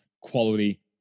quality